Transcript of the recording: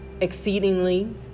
exceedingly